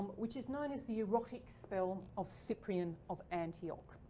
which is known as the erotic spell of cyprian of antioch.